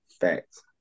Facts